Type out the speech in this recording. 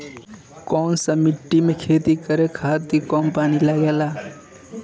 कौन सा मिट्टी में खेती करे खातिर कम पानी लागेला?